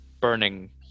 burning